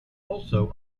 also